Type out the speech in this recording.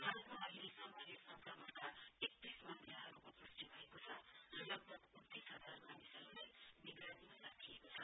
भारतमा अहिलेसम्म यस संक्रमणका एकतीस मामिलाहरूको प्ष्टि भएको छ र लगभग उन्तीस हजार मानिसहरूलाई निगरानीमा राखिएको छ